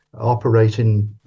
operating